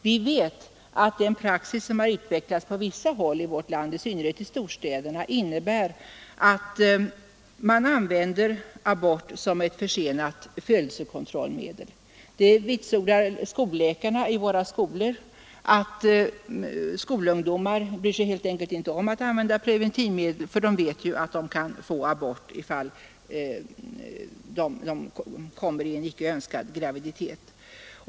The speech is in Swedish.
Vi vet att den praxis som har utvecklats på vissa håll i vårt land, i synnerhet i storstäderna, innebär att man använder abort som ett försenat födelsekontrollmedel. Skolläkarna vitsordar att skolungdomar helt enkelt inte bryr sig om att använda preventivmedel, för de vet ju att de kan få abort i fall de kommer i en icke önskad graviditet.